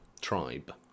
Tribe